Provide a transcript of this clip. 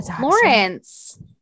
Lawrence